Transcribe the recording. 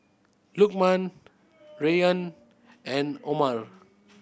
Lukman Rayyan and Omar